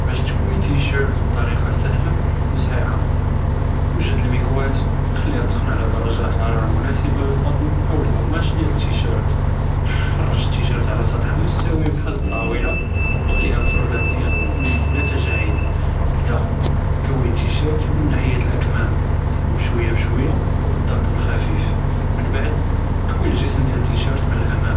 באש תקוי טישֵרט בטוריקה סהלה ו צחיחה، וג'ד אלמִקוַאה, חְלִיהא תִסח'ן עלא דרג'ת חרארה מֻנאסבה ללכֻּטֻן אוא אלקמאש דיאל אִלטישֵרט, פרש אִלטישֵרט עלא סַטח מֻסתוי בחאל אִלטאוּלה ו חְלִיהא מְפרודה מזיאן בלא תג'אעיד, אִבְּדָא בקוי אִלטישֵרט מן נאחִית אלאכּמאם, ו בִּאלשוויה בִּאלשוויה ו בִּאלדְעט אִלח'פיף, ומן בעד אִקוי אלגִ'סם דיאל אִלטישֵרט מן אלאמאם